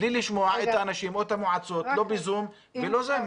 בלי לשמוע את האנשים או את המועצות לא ב"זום" ולא פיסית.